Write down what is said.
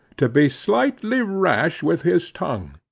to be slightly rash with his tongue,